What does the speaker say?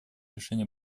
решение